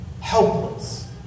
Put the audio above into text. helpless